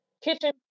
kitchen